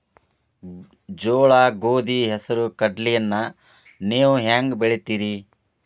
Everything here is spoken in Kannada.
ಜೋಳ, ಗೋಧಿ, ಹೆಸರು, ಕಡ್ಲಿಯನ್ನ ನೇವು ಹೆಂಗ್ ಬೆಳಿತಿರಿ?